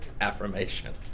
affirmation